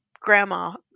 grandma